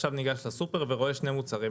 אני עכשיו ניגש לסופר ורואה שני מוצרים.